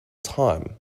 time